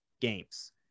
games